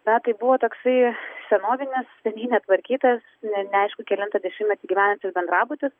na tai buvo toksai senovinis seniai netvarkytas ne neaišku kelintą dešimtmetį gyvenantis bendrabutis